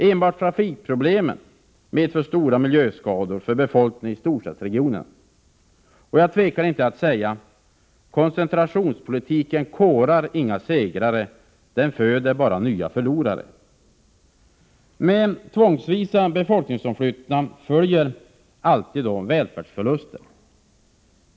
Enbart trafikproblemen medför stora miljöskador för befolkningen i storstadsregionerna. Jag tvekar inte att säga: Koncentrationspolitiken korar inga segrare, den föder bara nya förlorare. Med tvångsvisa befolkningsomflyttningar följer alltid välfärdsförluster.